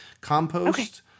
Compost